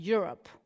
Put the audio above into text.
Europe